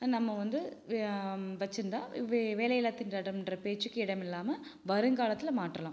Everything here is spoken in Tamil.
நம்ம வந்து வச்சிருந்தா வே வேலையில்லா திண்டாட்டம்ன்ற பேச்சுக்கே இடம் இல்லாமல் வருங்காலத்தில் மாற்றலாம்